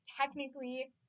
technically